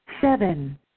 Seven